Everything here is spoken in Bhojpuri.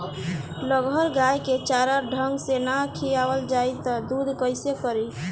लगहर गाय के चारा ढंग से ना खियावल जाई त दूध कईसे करी